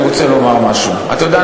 אתה יודע,